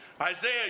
Isaiah